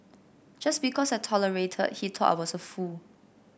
just because I tolerated he thought I was a fool